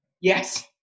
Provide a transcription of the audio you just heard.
Yes